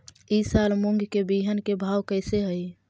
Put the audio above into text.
ई साल मूंग के बिहन के भाव कैसे हई?